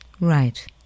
Right